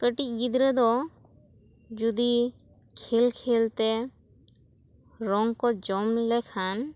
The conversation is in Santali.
ᱠᱟᱹᱴᱤᱡ ᱜᱤᱫᱽᱨᱟᱹ ᱫᱚ ᱡᱩᱫᱤ ᱠᱷᱮᱞ ᱠᱷᱮᱞ ᱛᱮ ᱨᱚᱝ ᱠᱚ ᱡᱚᱢ ᱞᱮᱠᱷᱟᱱ